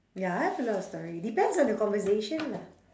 ya I have a lot of story depends on the conversation lah